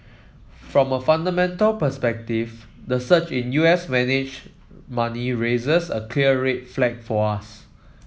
from a fundamental perspective the surge in U S managed money raises a clear red flag for us